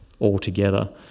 altogether